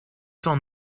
cent